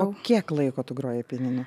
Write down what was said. o kiek laiko tu grojai pianinu